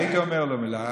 הייתי אומר לו מילה.